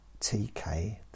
TK